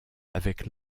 avec